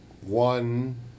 one